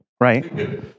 right